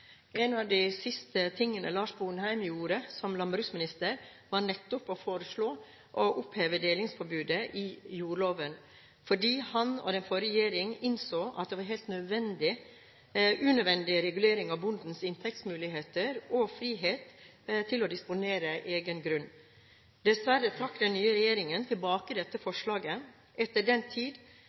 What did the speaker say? en rekke ganger i Stortinget de siste årene. Noe av det siste Lars Sponheim gjorde som landbruksminister, var nettopp å foreslå å oppheve delingsforbudet i jordloven, for han og den forrige regjeringen innså at det var en helt unødvendig regulering av bondens inntektsmuligheter og frihet til å disponere egen grunn. Dessverre trakk den nye regjeringen tilbake dette forslaget. Etter den tid